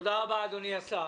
תודה רבה, אדוני השר.